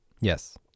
Yes